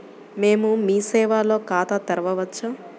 మేము మీ సేవలో ఖాతా తెరవవచ్చా?